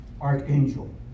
archangel